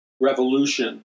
revolution